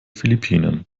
philippinen